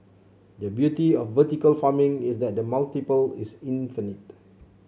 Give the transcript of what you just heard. the beauty of vertical farming is that the multiple is infinite